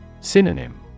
Synonym